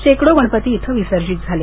शेकडो गणपती इथे विसर्जित झाले